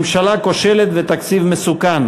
ממשלה כושלת ותקציב מסוכן.